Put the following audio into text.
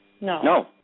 No